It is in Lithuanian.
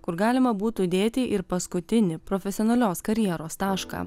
kur galima būtų dėti ir paskutinį profesionalios karjeros tašką